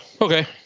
Okay